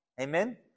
Amen